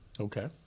okay